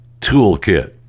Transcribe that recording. toolkit